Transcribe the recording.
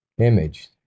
image